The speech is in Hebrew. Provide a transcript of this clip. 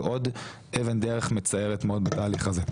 עוד אבן דרך מצערת מאוד בתהליך הזה.